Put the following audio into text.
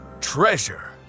Treasure